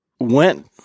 went